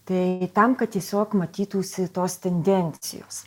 tai tam kad tiesiog matytųsi tos tendencijos